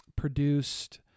Produced